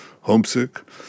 homesick